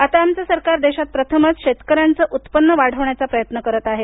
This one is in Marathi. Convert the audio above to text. आता आमचे सरकार देशात प्रथमच शेतकऱ्यांचे उत्पन्न वाढवण्याचा प्रयत्न करत आहे